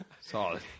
Solid